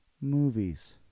movies